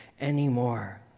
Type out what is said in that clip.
anymore